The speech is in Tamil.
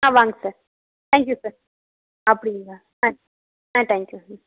ஆ வாங்க சார் தேங்க் யூ சார் அப்படிங்களா ஆ ஆ தேங்க் யூ ம்